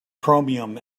chromium